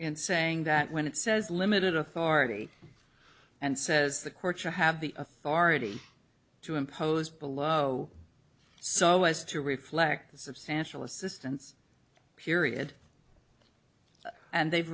in saying that when it says limited authority and says the courts will have the authority to impose below so as to reflect substantial assistance period and they've